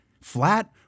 flat